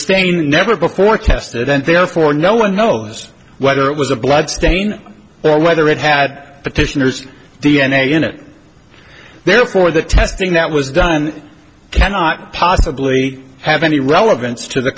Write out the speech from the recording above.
stain never before tested and therefore no one knows whether it was a blood stain or whether it had petitioners d n a in it therefore the testing that was done cannot possibly have any relevance to the